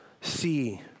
see